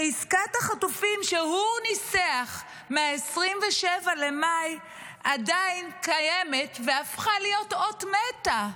שעסקת החטופים שהוא ניסח מ-27 במאי עדיין קיימת והפכה להיות אות מתה,